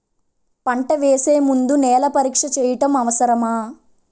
పంట వేసే ముందు నేల పరీక్ష చేయటం అవసరమా?